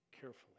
carefully